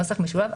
נוסח משולב,